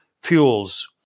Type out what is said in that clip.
fuels